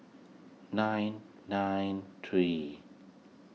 nine nine three